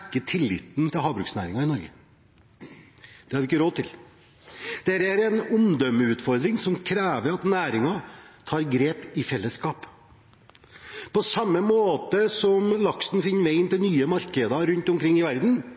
tilliten til havbruksnæringen i Norge. Det har vi ikke råd til. Dette er en omdømmeutfordring som krever at næringen tar grep i fellesskap. På samme måte som laksen finner veien til nye markeder rundt omkring i verden,